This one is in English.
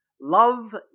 Love